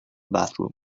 bathroom